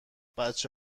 بچه